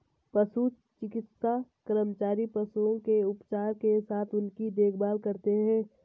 पशु चिकित्सा कर्मचारी पशुओं के उपचार के साथ उनकी देखभाल करते हैं